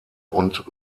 und